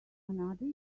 another